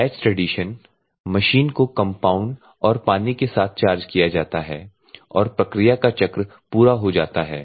batch ट्रेडीशन machine को compound और पानी के साथ चार्ज किया जाता है और प्रक्रिया का चक्र पूरा हो जाता है